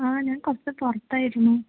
ആ ഞാൻ കുറച്ചു പുറത്തായിരുന്നു